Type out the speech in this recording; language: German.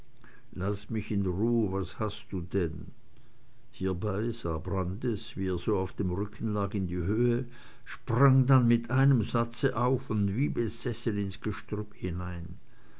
laß mich in ruh was hast du denn hiebei sah brandis wie er so auf dem rücken lag in die höhe sprang dann mit einem satze auf und wie besessen ins gestrüpp hinein